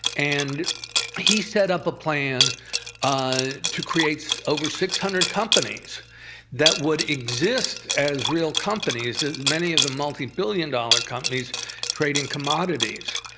and he set up a plan ah to create over six hundred companies that would exist as real companies, many of them multi-billion-dollar companies trading commodities,